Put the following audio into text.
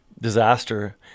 Disaster